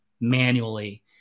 manually